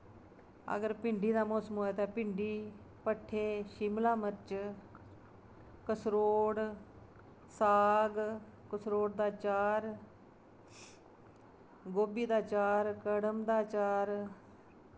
अगर भिंडी दा मौसम होऐ तां भिंडी पट्ठे शिमला मर्च कसरोड़ साग कसरोड़ दा चार गोभी दा चार कड़म दा चार